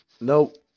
nope